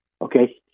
okay